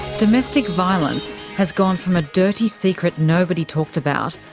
domestic violence has gone from a dirty secret nobody talked about,